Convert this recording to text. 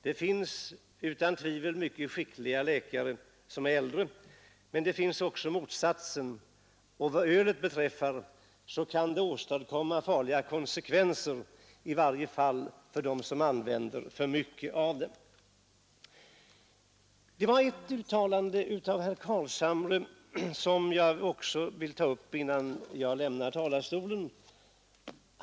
Det finns utan tvivel mycket skickliga äldre läkare, men det finns också exempel på motsatsen. Vad gammalt öl beträffar kan det få farliga konsekvenser, i varje fall för dem som använder för mycket av det. Ett uttalande av herr Carlshamre vill jag också ta upp, innan jag lämnar talarstolen.